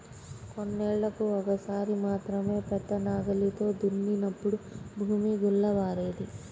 కొన్నేళ్ళకు ఒక్కసారి మాత్రమే పెద్ద నాగలితో దున్నినప్పుడు భూమి గుల్లబారేది